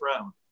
round